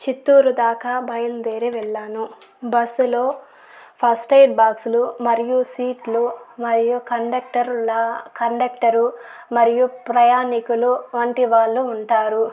చిత్తూరు దాకా బయల్దేరి వెళ్ళాను బస్సు లో ఫస్ట్ ఎయిడ్ బాక్సులు మరియు సీట్లు మరియు కండక్టర్ల కండక్టరు మరియు ప్రయాణికులు వంటివాళ్ళు ఉంటారు